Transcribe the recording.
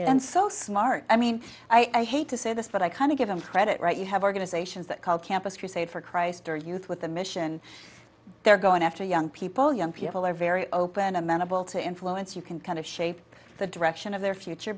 and so smart i mean i hate to say this but i kind of give him credit right you have organizations that call campus crusade for christ our youth with a mission they're going after young people young people are very open amenable to influence you can kind of shape the direction of their future